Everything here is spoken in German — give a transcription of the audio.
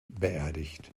beerdigt